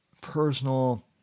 personal